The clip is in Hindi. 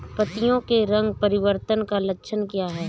पत्तियों के रंग परिवर्तन का लक्षण क्या है?